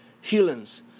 healings